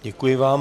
Děkuji vám.